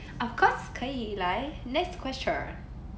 of course 可以来 next question